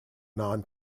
non